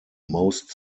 most